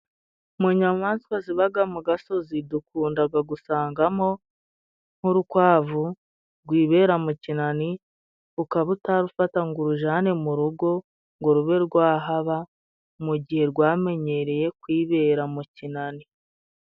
Mu nyamaswa zibaga mu gasozi dukundaga gusangamo nk'urukwavu rwibera mu kinani ,ukaba utarufata ngo urujane mu rugo ngo rube rwahaba mu gihe rwamenyereye kwibera mu kinani.